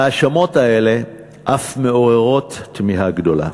ההאשמות האלה אף מעוררות תמיהה גדולה.